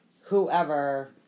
whoever